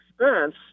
expense